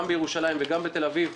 גם בירושלים וגם בתל אביב,